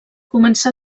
començà